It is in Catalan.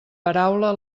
paraula